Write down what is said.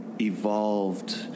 evolved